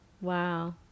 Wow